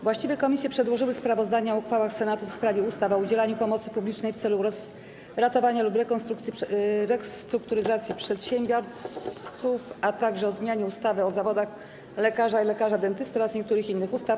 Właściwe komisje przedłożyły sprawozdania o uchwałach Senatu w sprawie ustaw: - o udzielaniu pomocy publicznej w celu ratowania lub restrukturyzacji przedsiębiorców, - o zmianie ustawy o zawodach lekarza i lekarza dentysty oraz niektórych innych ustaw.